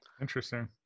interesting